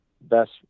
best